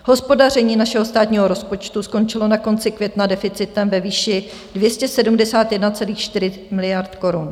Hospodaření našeho státního rozpočtu skončilo na konci května deficitem ve výši 271,4 miliardy korun.